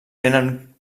tenen